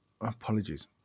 Apologies